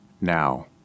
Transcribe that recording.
now